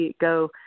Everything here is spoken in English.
go